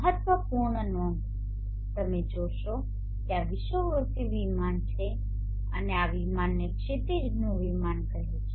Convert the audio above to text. મહત્વપૂર્ણ નોંધ તમે જોશો કે આ વિષુવવૃત્તીય વિમાન છે અને આ વિમાનને ક્ષિતિજનું વિમાન કહેવામાં આવે છે